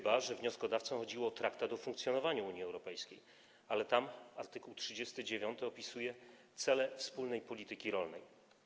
Być może wnioskodawcom chodziło o Traktat o funkcjonowaniu Unii Europejskiej, ale tam art. 39 opisuje cele wspólnej polityki rolnej.